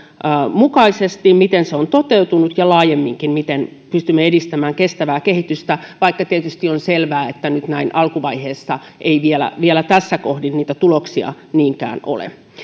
mukaisesti se miten se on toteutunut ja laajemminkin miten pystymme edistämään kestävää kehitystä vaikka tietysti on selvää että nyt näin alkuvaiheessa vielä vielä tässä kohdin ei niitä tuloksia niinkään ole